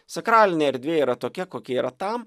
sakralinė erdvė yra tokia kokia yra tam